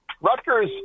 Rutgers